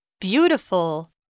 Beautiful